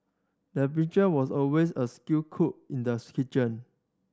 the butcher was always a skilled cook in the's kitchen